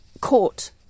court